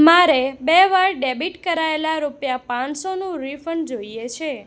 મારે બે વાર ડેબિટ કરાયેલા રૂપિયા પંચસોનું રીફંડ જોઈએ છે